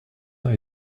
uns